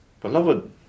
Beloved